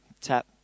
tap